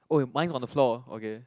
oh and mine's on the floor okay